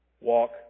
Walk